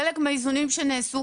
חלק מהאיזונים שנעשו,